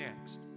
next